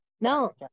no